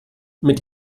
mit